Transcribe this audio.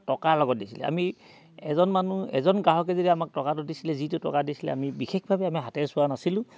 টকা লগত দিছিলে আমি এজন মানুহ এজন গ্ৰাহকে যদি আমাক টকাটো দিছিলে যিটো টকা দিছিলে আমি বিশেষভাৱে আমি হাতেৰে চোৱা নাছিলোঁ